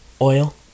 Oil